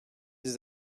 des